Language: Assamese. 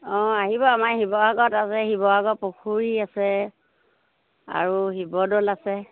অঁ আহিব আমাৰ শিৱসাগত আছে শিৱসাগৰ পুখুৰী আছে আৰু শিৱদৌল আছে